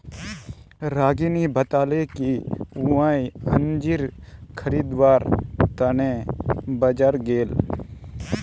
रागिनी बताले कि वई अंजीर खरीदवार त न बाजार गेले